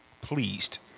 pleased